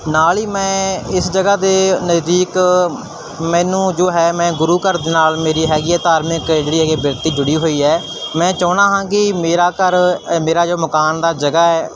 ਨਾਲ ਹੀ ਮੈਂ ਇਸ ਜਗ੍ਹਾ ਦੇ ਨਜ਼ਦੀਕ ਮੈਨੂੰ ਜੋ ਹੈ ਮੈਂ ਗੁਰੂ ਘਰ ਦੇ ਨਾਲ ਮੇਰੀ ਹੈਗੀ ਹੈ ਧਾਰਮਿਕ ਜਿਹੜੀ ਹੈਗੀ ਬਿਰਤੀ ਜੁੜੀ ਹੋਈ ਹੈ ਮੈਂ ਚਾਹੁੰਦਾ ਹਾਂ ਕਿ ਮੇਰਾ ਘਰ ਮੇਰਾ ਜੋ ਮਕਾਨ ਦਾ ਜਗ੍ਹਾ ਹੈ